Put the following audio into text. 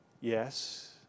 Yes